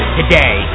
today